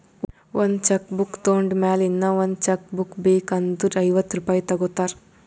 ಒಂದ್ cheque book ತೊಂಡ್ ಮ್ಯಾಲ ಇನ್ನಾ ಒಂದ್ ಬೇಕ್ ಅಂದುರ್ ಐವತ್ತ ರುಪಾಯಿ ತಗೋತಾರ್